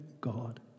God